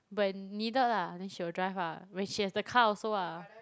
when needed lah then she will drive lah when she has the car also lah